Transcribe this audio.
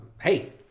Hey